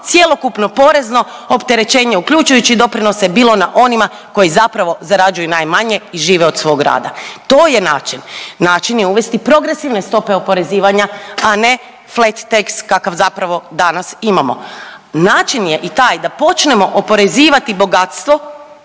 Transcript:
cjelokupno porezno opterećenje uključujući i doprinose bilo na onima koji zapravo zarađuju najmanje i žive od svog rada. To je način. Način je uvesti progresivne stope oporezivanja, a ne …/Govornica se ne razumije./… kakav zapravo danas imamo. Način je i taj da počnemo oporezivati bogatstvo